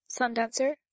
Sundancer